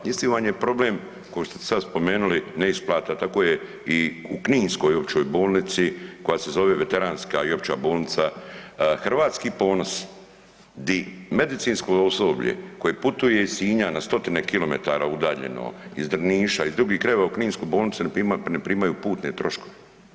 Isti vam je problem kao što ste sad spomenuli neisplata, tako je i u kninskoj Općoj bolnici koja se zove Veteranska i opća bolnica hrvatski ponos di medicinsko osoblje koje putuje iz Sinja na stotine kilometara udaljeno iz Drništa, iz drugih krajeva u kninsku bolnicu ne primaju putne troškove.